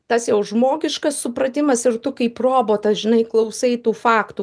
tas jau žmogiškas supratimas ir tu kaip robotas žinai klausai tų faktų